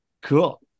cool